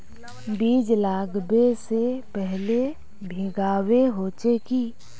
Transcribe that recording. बीज लागबे से पहले भींगावे होचे की?